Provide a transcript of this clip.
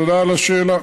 תודה על השאלה.